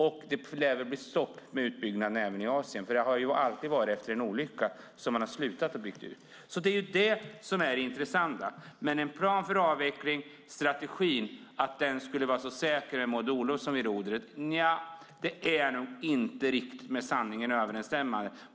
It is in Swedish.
Och det lär väl bli stopp för utbyggnaden även i Asien, för efter att det har inträffat en olycka har man ju alltid slutat att bygga ut. Att strategin för avveckling skulle vara säker med Maud Olofsson vid rodret är nog inte riktigt med sanningen överensstämmande.